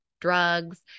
drugs